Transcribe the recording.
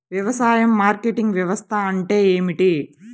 వ్యవసాయ మార్కెటింగ్ వ్యవస్థ అంటే ఏమిటి?